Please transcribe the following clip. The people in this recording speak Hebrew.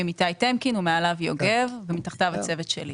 איתי טמקין ומעליו יוגב ומתחתיו הצוות שלי.